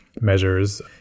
measures